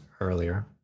earlier